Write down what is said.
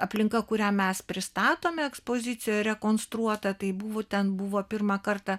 aplinka kurią mes pristatome ekspozicijoje rekonstruota tai buvo ten buvo pirmą kartą